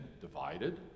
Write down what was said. divided